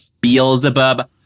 Beelzebub